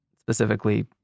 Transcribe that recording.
specifically